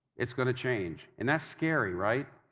it's going to change. and that's scary, right?